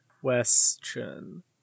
question